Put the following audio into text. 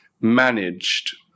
managed